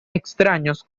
extraños